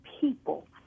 people